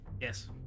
Yes